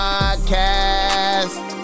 Podcast